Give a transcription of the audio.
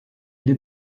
elli